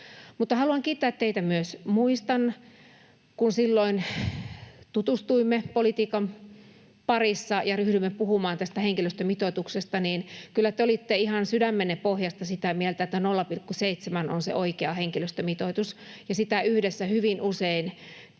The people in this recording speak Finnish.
haluan kiittää teitä myös tästä: Muistan, kun silloin tutustuimme politiikan parissa ja ryhdyimme puhumaan tästä henkilöstömitoituksesta, niin kyllä te olitte ihan sydämenne pohjasta sitä mieltä, että 0,7 on se oikea henkilöstömitoitus, ja siitä yhdessä hyvin usein juteltiin,